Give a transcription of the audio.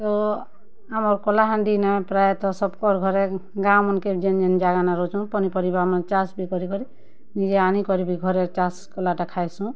ତ ଆମର୍ କଳାହାଣ୍ଡି ନେ ପ୍ରାୟତଃ ସବ୍କର୍ ଘରେ ଗାଁ ମାନ୍ଙ୍କେ ଯେନ୍ ଯେନ୍ ଜାଗାନେ ରହୁଛୁଁ ପନିପରିବା ମାନ୍ ଚାଷ୍ ବି କରି କରି ନିଜେ ଆନିକରି ବି ଘରେ ଚାଷ୍ କଲାଟା ଖାଏସୁଁ